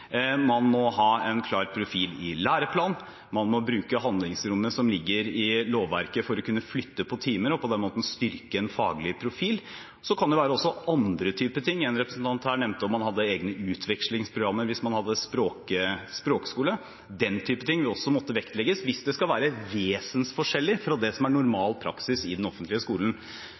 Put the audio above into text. Man må ha en klar profil i læreplanen, man må bruke handlingsrommet som ligger i lovverket, for å kunne flytte på timer og på den måten styrke en faglig profil. Så kan det også være andre typer ting. En representant her nevnte om man hadde egne utvekslingsprogrammer hvis man hadde språkskole. Den type ting vil også måtte vektlegges hvis det skal være vesensforskjellig fra det som er